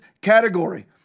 category